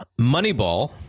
Moneyball